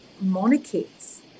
monarchies